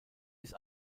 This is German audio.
ist